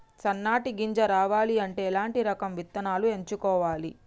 సన్నటి గింజ రావాలి అంటే ఎలాంటి రకం విత్తనాలు ఎంచుకోవాలి?